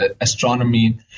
astronomy